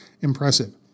impressive